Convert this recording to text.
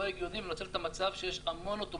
הגיוני ולנצל את המצב שיש המון אוטובוסים.